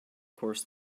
course